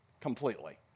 completely